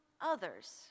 others